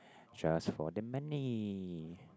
just for the money